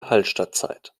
hallstattzeit